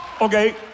Okay